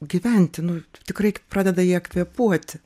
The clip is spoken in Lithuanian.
gyventi nu tikrai pradeda jie kvėpuoti